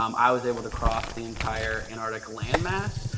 um i was able to cross the entire antarctic land mass,